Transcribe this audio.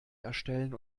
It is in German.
erstellen